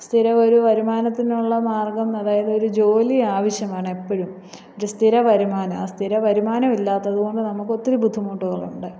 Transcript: സ്ഥിരമൊരു വരുമാനത്തിനുള്ള മാര്ഗം അതായതൊരു ജോലി ആവശ്യമാണ് എപ്പോഴും ഒരു സ്ഥിരവരുമാനം ആ സ്ഥിരവരുമാനം ഇല്ലാത്തത് കൊണ്ട് നമ്മൾക്കൊത്തിരി ബുദ്ധിമുട്ടുകളുണ്ട്